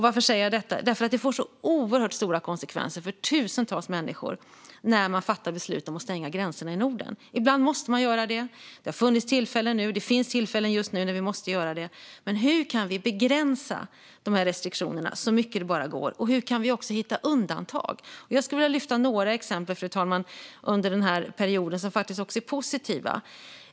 Varför säger jag detta? Jo, för det får oerhört stora konsekvenser för tusentals människor när man fattar beslut om att stänga gränserna i Norden. Ibland måste man göra det. Det har funnits sådana tillfällen, och det finns tillfällen just nu när vi måste göra det. Men hur kan vi begränsa dessa restriktioner så mycket det går? Och hur kan vi hitta undantag? Låt mig lyfta upp några exempel från den här perioden som är positiva, fru talman.